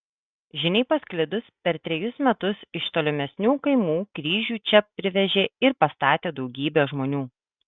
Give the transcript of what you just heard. žiniai pasklidus per trejus metus iš tolimesnių kaimų kryžių čia privežė ir pastatė daugybė žmonių